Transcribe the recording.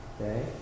Okay